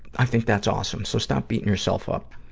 i think that's awesome. so, stop beating yourself up.